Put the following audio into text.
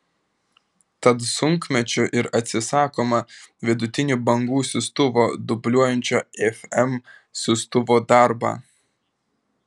tad sunkmečiu ir atsisakoma vidutinių bangų siųstuvo dubliuojančio fm siųstuvo darbą